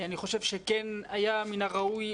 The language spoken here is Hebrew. אני חושב שהיה מן הראוי